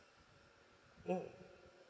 mm